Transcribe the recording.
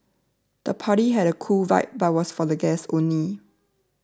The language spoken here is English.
the party had a cool vibe but was for the guests only